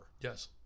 Yes